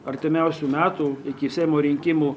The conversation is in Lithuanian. artimiausių metų iki seimo rinkimų